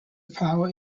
power